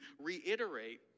reiterate